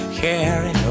carry